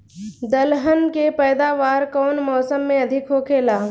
दलहन के पैदावार कउन मौसम में अधिक होखेला?